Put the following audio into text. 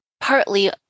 partly